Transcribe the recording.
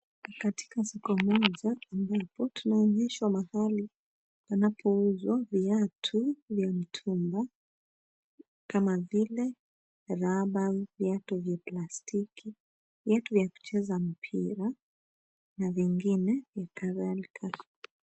Katika soko moja ambapo tunaonyeshwa mahali panapouzwa viatu vya mtumba kama vile raba, viatu vya plastiki viatu vya kuchez mpira na vingine vya kadhalika.